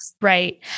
Right